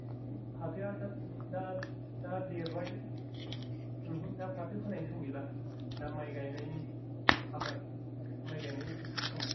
फाथोआ दा दा देरबाय ओमहो दा फाथो फोनाय सम गैला दा माय गायनायनि आबाद माय गायनायनिसो सम